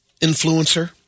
influencer